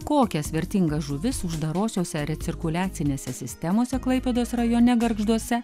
kokias vertingas žuvis uždarosiose recirkuliacinėse sistemose klaipėdos rajone gargžduose